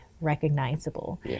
recognizable